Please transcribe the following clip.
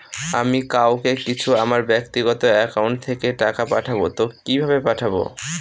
আমি কাউকে কিছু আমার ব্যাক্তিগত একাউন্ট থেকে টাকা পাঠাবো তো কিভাবে পাঠাবো?